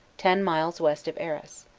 ten miles vest of arras.